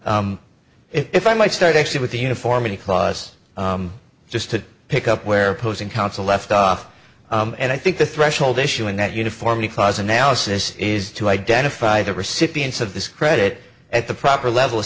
court if i might start actually with the uniformity clause just to pick up where opposing counsel left off and i think the threshold issue and that uniformly cause analysis is to identify the recipients of this credit at the proper level